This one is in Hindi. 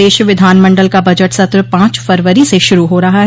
प्रदेश विधानमंडल का बजट सत्र पांच फरवरी से शुरू हो रहा है